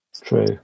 true